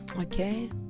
Okay